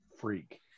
freak